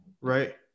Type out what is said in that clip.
right